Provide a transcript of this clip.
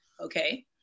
Okay